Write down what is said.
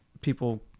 people